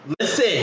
Listen